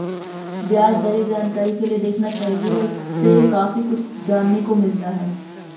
ब्याज दरें जानकारी के लिए देखना चाहिए, उससे काफी कुछ जानने मिलता है